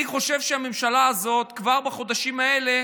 אני חושב שהממשלה הזאת הספיקה כבר בחודשים האלה